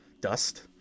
dust